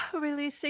Releasing